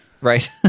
Right